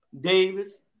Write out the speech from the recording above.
Davis